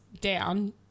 down